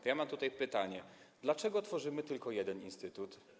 To ja mam pytanie: Dlaczego tworzymy tylko jeden instytut?